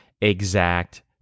exact